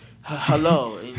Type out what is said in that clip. hello